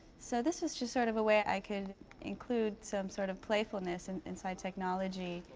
so this is just sort of a way i could include some sort of playfulness and inside technology,